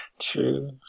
True